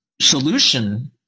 solution